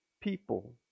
people